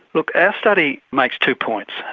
look our study makes two points.